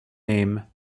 name